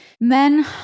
men